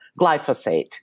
glyphosate